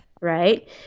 right